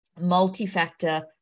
multi-factor